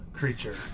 Creature